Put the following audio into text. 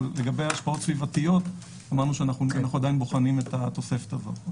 אבל לגבי השפעות סביבתיות אמרנו שאנחנו עדיין בוחנים את התוספת הזאת.